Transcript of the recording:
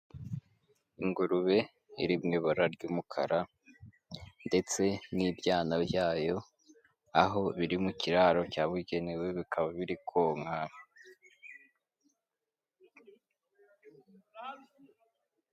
Ingurube iri mu ibara ry'umukara, ndetse n'ibyana byayo, aho biri mu kiraro cyabugenewe, bikaba biri konka.